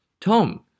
Tom